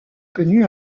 connu